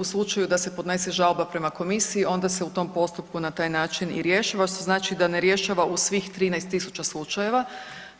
U slučaju da se podnese žalba prema Komisiji onda se u tom postupku na taj način i rješava što znači da ne rješava u svih 13 000 slučajeva,